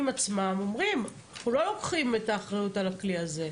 עצמם אומרים שהם לא לוקחים את האחריות על הכלי הזה,